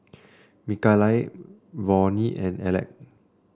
Mikaila Ronnie and Aleck